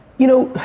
you know,